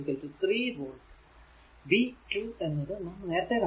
5 3 volt v 2 എന്നത് നാം നേരത്തെ കണ്ടതാണ്